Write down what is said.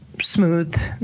smooth